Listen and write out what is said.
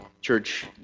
church